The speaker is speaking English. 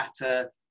better